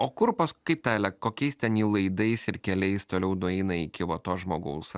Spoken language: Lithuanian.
o kur pask kaip ta ele kokiais ten jau laidais ir keliais toliau nueina iki va to žmogaus